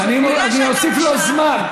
אני אוסיף לו זמן.